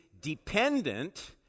dependent